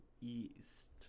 east